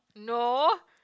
no